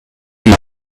you